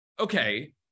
Okay